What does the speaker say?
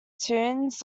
tunes